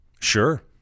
Sure